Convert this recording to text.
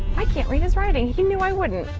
i can't read his writing. he knew i wouldn't.